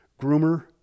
Groomer